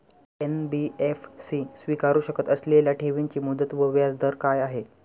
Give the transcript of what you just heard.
NBFC स्वीकारु शकत असलेल्या ठेवीची मुदत व व्याजदर काय आहे?